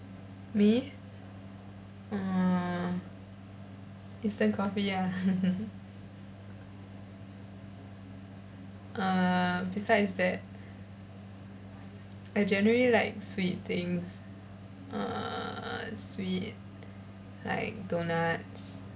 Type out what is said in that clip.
me uh instant coffee ah uh besides that I generally like sweet things uh sweet like doughnuts